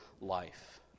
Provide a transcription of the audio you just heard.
life